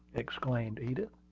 exclaimed edith.